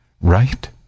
Right